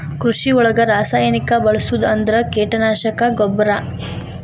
ಕೃಷಿ ಒಳಗ ರಾಸಾಯನಿಕಾ ಬಳಸುದ ಅಂದ್ರ ಕೇಟನಾಶಕಾ, ಗೊಬ್ಬರಾ